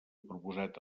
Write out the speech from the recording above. proposat